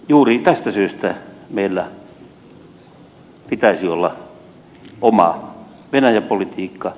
juuri tästä syystä meillä pitäisi olla oma venäjä politiikka